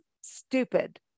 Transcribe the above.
stupid